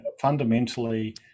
fundamentally